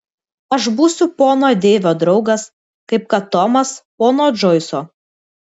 aš būsiu pono deivio draugas kaip kad tomas pono džoiso